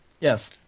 Yes